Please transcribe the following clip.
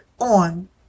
on